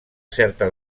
certa